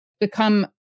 become